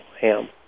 ham